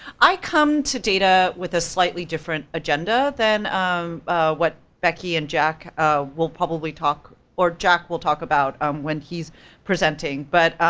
i come to data with a slightly different agenda than um what becky and jack will probably talk, or jack will talk about um when he's presenting, but.